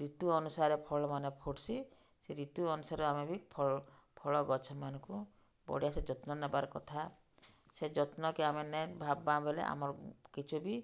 ଋତୁ ଅନୁସାରେ ଫଳ୍ମାନେ ଫୁଟ୍ସି ଋତୁ ଅନୁସାରେ ଆମେ ବି ଫଳ ଫଳ ଗଛମାନ୍ଙ୍କୁ ବଢ଼ିଆସେ ଯତ୍ନ ନେବାର୍କଥା ସେ ଯତ୍ନକେ ଆମେ ନାଇଁ ଭାବ୍ମା ଆମର୍ କିଛି ବି